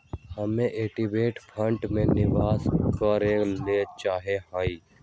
हम equity fund में निवेश करे ला चाहा हीयी